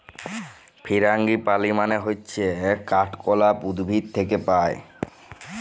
ফারাঙ্গিপালি মানে হচ্যে কাঠগলাপ উদ্ভিদ থাক্যে পায়